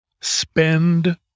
spend